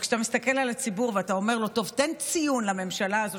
כשאתה מסתכל על הציבור ואתה אומר לו: תן ציון לממשלה הזאת,